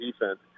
defense